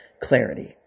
clarity